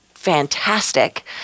fantastic